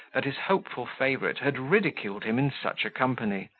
that his hopeful favourite had ridiculed him in such a company,